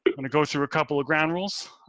but when it goes through a couple of ground rules,